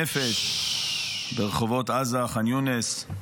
ונפש ברחובות עזה, חאן יונס,